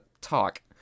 talk